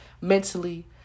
mentally